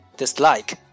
dislike